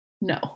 No